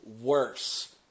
worse